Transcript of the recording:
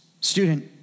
Student